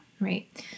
right